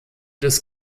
des